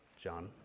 John